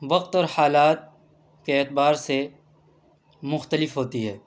وقت اور حالات کے اعتبار سے مختلف ہوتی ہے